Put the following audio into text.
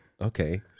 Okay